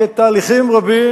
כתהליכים רבים